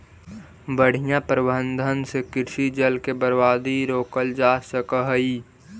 बढ़ियां प्रबंधन से कृषि जल के बर्बादी रोकल जा सकऽ हई